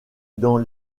dans